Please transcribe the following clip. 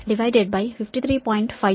52 89